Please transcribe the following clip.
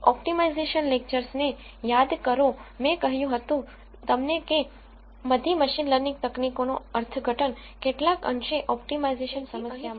optimisation લેક્ચર્સને યાદ કરો મેં કહ્યું હતું તમને કે બધી મશીન લર્નિગ તકનીકોનો અર્થઘટન કેટલાક અંશે ઓપ્ટિમાઇઝેશન સમસ્યામાં કરી શકાય છે